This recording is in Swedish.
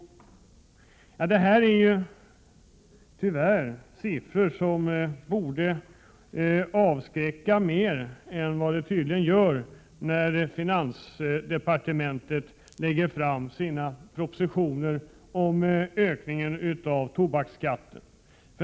Det här är tyvärr siffror som borde avskräcka mer än vad som tydligen har varit fallet när finansdepartementet lagt fram sina förslag beträffande ökningen av tobaksskatten.